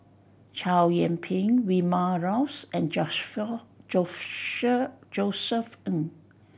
Chow Yian Ping Vilma Laus and Josef Ng